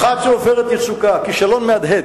אחת זה "עופרת יצוקה" כישלון מהדהד.